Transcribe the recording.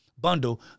bundle